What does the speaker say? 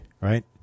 right